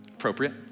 Appropriate